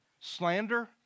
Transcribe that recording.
slander